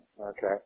okay